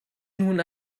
nun